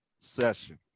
session